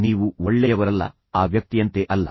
ನೀವು ಒಳ್ಳೆಯವರಲ್ಲ ಆ ವ್ಯಕ್ತಿಯಂತೆ ಅಲ್ಲ